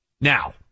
now